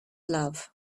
love